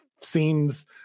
seems